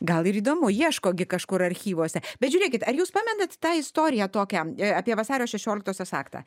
gal ir įdomu ieško gi kažkur archyvuose bet žiūrėkit ar jūs pamenat tą istoriją tokią apie vasario šešioliktosios aktą